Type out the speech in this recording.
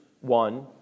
one